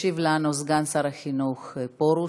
ישיב לנו סגן שר החינוך פרוש.